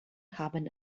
haben